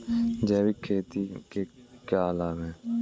जैविक खेती के क्या लाभ हैं?